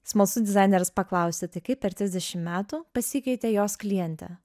smalsu dizainerės paklausti tai kaip per trisdešim metų pasikeitė jos klientė